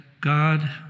God